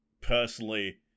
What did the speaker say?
personally